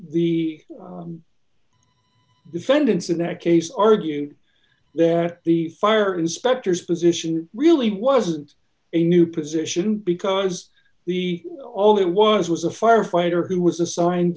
the defendants in that case argued that the fire inspectors position really wasn't a new position because the all it was was a firefighter who was assigned